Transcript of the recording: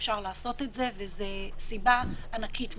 אפשר לעשות את זה, וזאת סיבה ענקית מבחינתי.